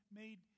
made